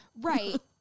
Right